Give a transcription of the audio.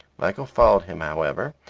michael followed him, however,